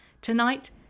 Tonight